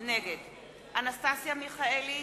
נגד אנסטסיה מיכאלי,